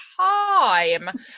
time